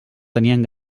teníem